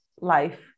life